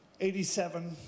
87